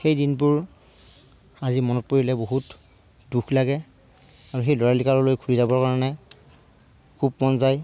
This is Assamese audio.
সেই দিনবোৰ আজি মনত পৰিলে বহুত দুখ লাগে আৰু সেই ল'ৰালীকাললৈ ঘূৰি যাবৰ কাৰণে খুব মন যায়